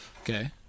okay